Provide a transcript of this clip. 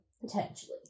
potentially